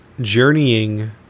Journeying